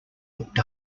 looked